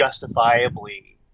justifiably